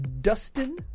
Dustin